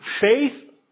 Faith